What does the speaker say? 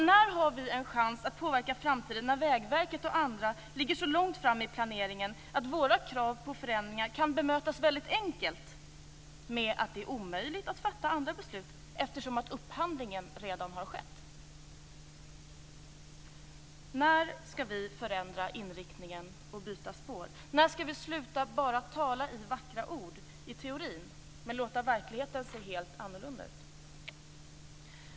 När har vi en chans att påverka framtiden, när Vägverket och andra ligger så långt fram i planeringen att våra krav på förändringar kan bemötas väldigt enkelt med att de säger att det är omöjligt att fatta andra beslut eftersom upphandlingen redan har skett? När skall vi förändra inriktningen och byta spår? När skall vi sluta att bara tala med vackra ord och i teorin, men låta verkligheten se helt annorlunda ut?